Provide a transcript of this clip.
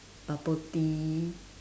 bubble tea